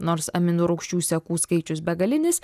nors aminorūgščių sekų skaičius begalinis